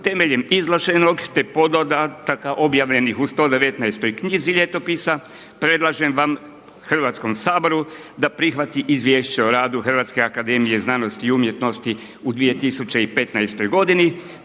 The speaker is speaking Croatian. Temeljem iznošenog te podataka objavljenih u 119. knjizi Ljetopisa, predlažem vam, Hrvatskom saboru da prihvati izvješće o radu HAZU u 2015. godini